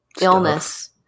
illness